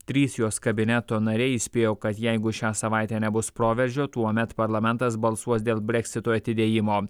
trys jos kabineto nariai įspėjo kad jeigu šią savaitę nebus proveržio tuomet parlamentas balsuos dėl breksito atidėjimo